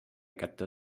kätte